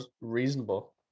reasonable